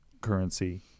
currency